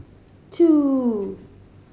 two